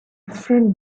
friend